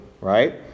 right